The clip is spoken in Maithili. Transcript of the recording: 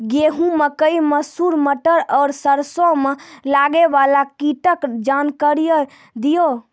गेहूँ, मकई, मसूर, मटर आर सरसों मे लागै वाला कीटक जानकरी दियो?